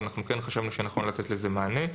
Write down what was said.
ואנחנו כן חשבנו שנכון לתת לזה מענה,